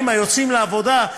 האימא יוצאים לעבודה,